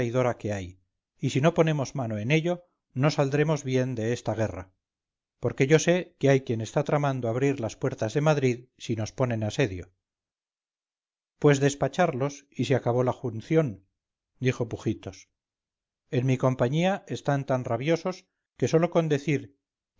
traidora que hay y si no ponemos mano en ellos no saldremos bien de es ta guerra porque yo sé que hay quien está tramando abrir las puertas de madrid si nos ponen asedio pues despacharlos y se acabó la junción dijo pujitos en mi compañía están tan rabiosos que sólo con decir